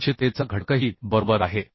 सुरक्षिततेचा घटकही बरोबर आहे